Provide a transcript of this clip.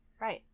Right